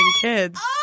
kids